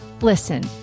listen